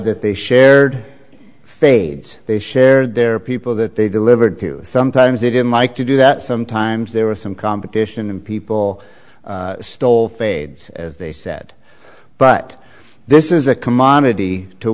that they shared fades they shared their people that they delivered to sometimes they didn't like to do that sometimes there were some competition and people stole fades as they said but this is a commodity to